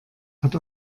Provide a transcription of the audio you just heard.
hat